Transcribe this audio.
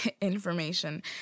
information